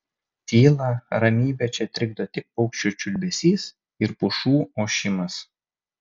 tylą ramybę čia trikdo tik paukščių čiulbesys ir pušų ošimas